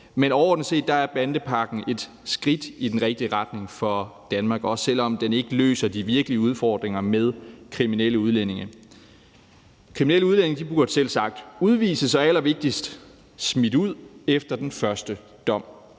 Men overordnet set er bandepakken et skridt i den rigtige retning for Danmark, også selv om den ikke løser de virkelige udfordringer med kriminelle udlændinge. Kriminelle udlændinge burde selvsagt udvises, og allervigtigst smides ud efter den første dom.